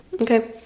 Okay